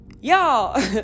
Y'all